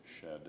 shed